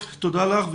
תודה לך.